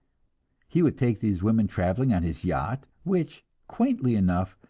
he would take these women traveling on his yacht, which, quaintly enough,